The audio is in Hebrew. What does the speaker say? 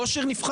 ראש עיר נבחר.